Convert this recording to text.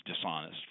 dishonest